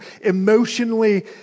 emotionally